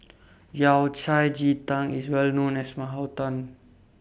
Yao Cai Ji Tang IS Well known as My Hometown